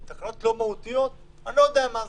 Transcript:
תקנות לא מהותיות אני לא יודע מה זה.